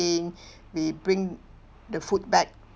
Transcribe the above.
we bring the food back